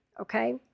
okay